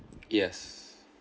yes